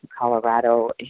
Colorado